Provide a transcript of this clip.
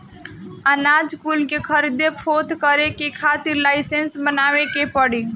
अनाज कुल के खरीद फोक्त करे के खातिर लाइसेंस बनवावे के पड़ी